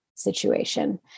situation